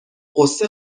غصه